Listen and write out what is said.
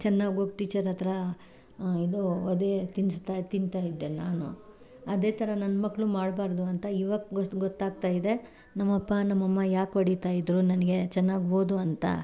ಚೆನ್ನಾಗಿ ಹೋಗಿ ಟೀಚರ್ ಹತ್ರ ಇದು ಒದೆ ತಿನಸ್ತಾ ತಿಂತಾ ಇದ್ದೆ ನಾನು ಅದೇ ಥರ ನನ್ನ ಮಕ್ಕಳು ಮಾಡಬಾರ್ದು ಅಂತ ಇವಾಗ ಗೊತ್ತಾಗ್ತಾ ಇದೆ ನಮ್ಮಪ್ಪ ನಮ್ಮಮ್ಮ ಯಾಕೆ ಹೊಡಿತಾ ಇದ್ರು ನನಗೆ ಚೆನ್ನಾಗಿ ಓದು ಅಂತ